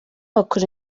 bakora